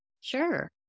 Sure